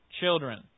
children